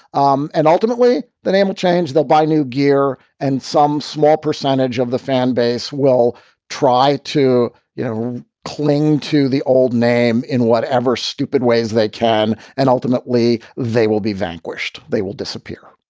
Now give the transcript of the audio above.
um and ultimately, the name will change. they'll buy new gear and some small percentage of the fan base will try to, you know, cling to the old name in whatever stupid ways they can. and ultimately, they will be vanquished. they will disappear.